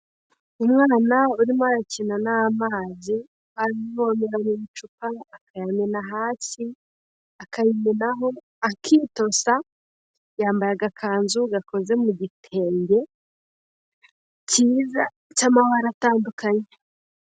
Umwana urimo arakina n'amazi, ari kuvomera mu icupa akayamena hasi, akayimenaho akitosa, yambaye agakanzu gakoze mu gitembe cyiza cy'amabara atandukanye.